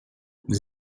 vous